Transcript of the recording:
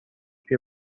بیا